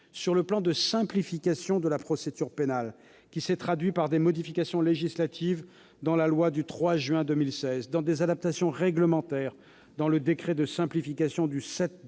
avec le plan de simplification de la procédure pénale, qui s'est traduit par des modifications législatives dans la loi du 3 juin 2016, dans des adaptations réglementaires dans le décret de simplification du 7